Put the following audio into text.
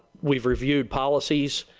we reviewed policies,